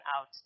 out